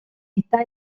está